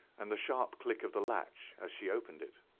and the sharp click of the latch as she opened it.